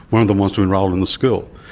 one of them wants to enrol in the school.